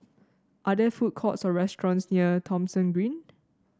are there food courts or restaurants near Thomson Green